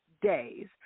days